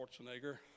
Schwarzenegger